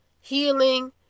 healing